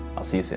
i'll see see